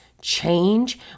change